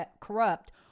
corrupt